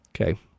Okay